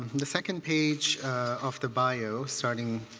the second page of the bio starting